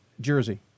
jersey